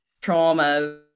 trauma